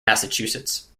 massachusetts